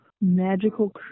magical